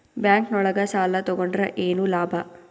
Bank ನೊಳಗ ಸಾಲ ತಗೊಂಡ್ರ ಏನು ಲಾಭ?